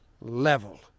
level